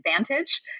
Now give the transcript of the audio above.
advantage